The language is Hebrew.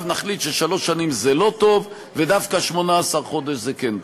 נחליט ששלוש שנים זה לא טוב ודווקא 18 חודש זה כן טוב.